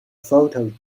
photo